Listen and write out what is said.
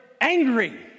angry